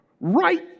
right